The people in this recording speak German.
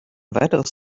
weiteres